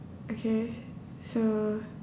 okay so